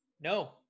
No